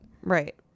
right